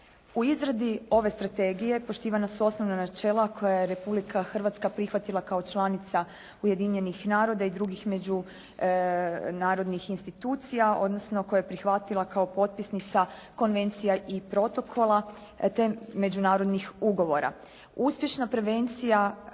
U izradi ove strategije poštivana su osnovna načela koje je Republika Hrvatska prihvatila kao članica Ujedinjenih naroda i drugih međunarodnih institucija odnosno koje je prihvatila kao potpisnica konvencija i protokola te međunarodnih ugovora. Uspješna prevencija